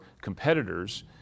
competitors